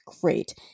great